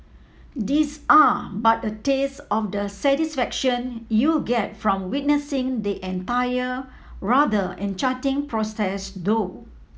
these are but a taste of the satisfaction you'll get from witnessing the entire rather enchanting process though